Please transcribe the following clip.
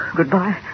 Goodbye